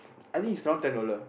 I think is around ten dollar